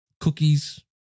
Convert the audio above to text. cookies